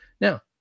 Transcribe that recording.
Now